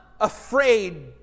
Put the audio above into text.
afraid